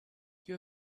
you